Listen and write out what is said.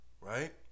right